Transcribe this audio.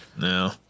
no